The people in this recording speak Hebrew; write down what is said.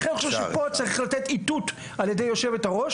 לכן אני חושב שפה צריך לתת איתות ע"י היו"ר,